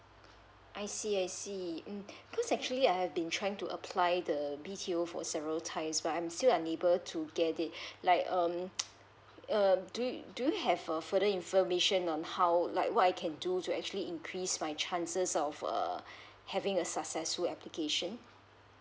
I see I see um because actually I've been trying to apply the B_T_O for several times but I'm still unable to get it like um um do you do you have further information on how like what I can do to actually increase my chances of uh having a successful application